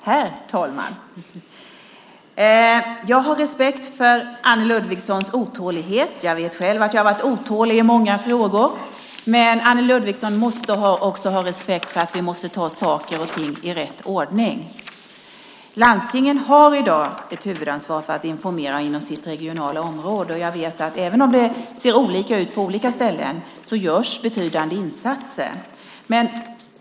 Herr talman! Jag har respekt för Anne Ludvigssons otålighet. Jag vet själv att jag har varit otålig i många frågor. Men Anne Ludvigsson måste också ha respekt för att vi måste ta saker och ting i rätt ordning. Landstingen har i dag ett huvudansvar för att informera inom sina regionala områden. Jag vet att även om det ser olika ut på olika ställen görs betydande insatser.